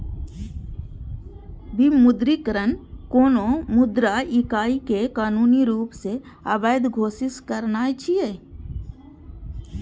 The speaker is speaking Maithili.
विमुद्रीकरण कोनो मुद्रा इकाइ कें कानूनी रूप सं अवैध घोषित करनाय छियै